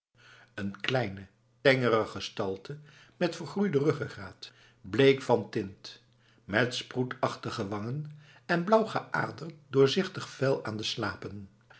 een kleine tengere gestalte met een vergroeide ruggegraat bleek van tint met sproetachtige wangen en blauw geaderd doorzichtig vel aan de slapen